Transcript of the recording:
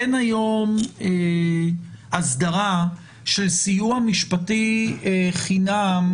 אין היום הסדרה של סיוע משפטי חינם